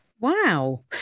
Wow